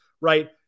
right